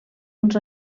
uns